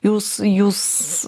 jūs jūs